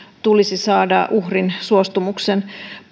tulisi saada uhrin suostumuksen